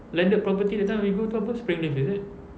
landed property that time we go itu apa spring leaf is it